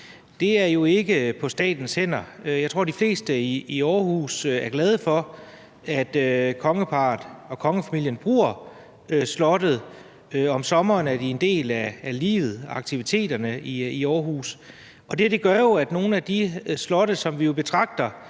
Aarhus jo ikke på statens hænder. Jeg tror, de fleste i Aarhus er glade for, at kongeparret og kongefamilien bruger slottet. Om sommeren er de en del af livet og aktiviteterne i Aarhus. Det gør jo, at nogle af de slotte, som vi betragter